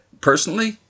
personally